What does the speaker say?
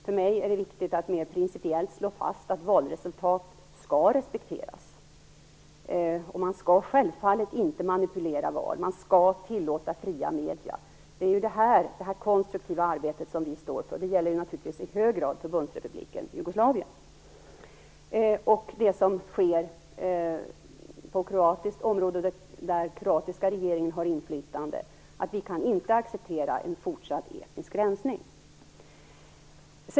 För mig är det viktigt att mer principiellt slå fast att valresultat skall respekteras. Man skall självfallet inte manipulera val. Man skall tillåta fria medier. Det är detta konstruktiva arbete som vi står för, och det gäller naturligtvis i hög grad Förbundsrepubliken Jugoslavien och det som sker på kroatiskt område där kroatiska regeringen har inflytande att vi inte kan acceptera en fortsatt etnisk rensning.